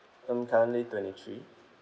I'm currently twenty three